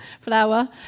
flower